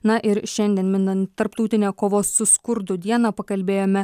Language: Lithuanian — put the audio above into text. na ir šiandien minint tarptautinę kovos su skurdu dieną pakalbėjome